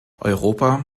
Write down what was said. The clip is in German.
europa